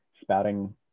spouting